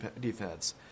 defense